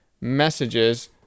messages